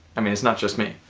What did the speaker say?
i mean, it's not just me.